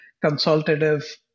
consultative